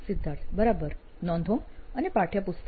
સિદ્ધાર્થ બરાબર નોંધો અને પાઠયપુસ્તકો